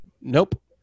Nope